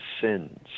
sins